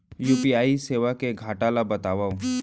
UPI सेवा के घाटा ल बतावव?